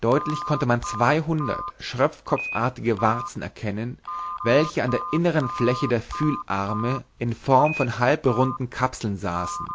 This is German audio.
deutlich konnte man zweihundert schröpfkopfartige warzen erkennen welche an der inneren fläche der fühlarme in form von halbrunden kapseln saßen